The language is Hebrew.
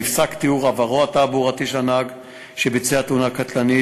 נפסק תיאור עברו התעבורתי של נהג שביצע תאונה קטלנית,